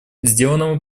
сделанному